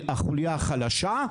החוליה החלשה,